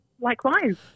Likewise